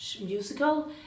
musical